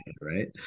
right